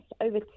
over